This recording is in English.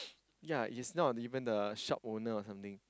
ya is not even the shop owner or something